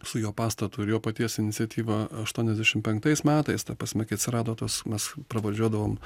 su juo pastatu ir jo paties iniciatyva aštuoniasdešimt penktais metais ta prasme kai atsirado tos mes pravardžiuodavom